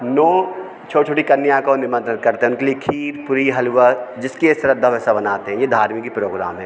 नौ छोटी छोटी कन्या को निमंत्रण करते उनके लिए खीर पूरी हलवा जिसकी यह श्रद्धा वैसा बनाते हैं यह धार्मिक ही प्रोग्राम है